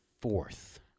fourth